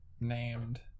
named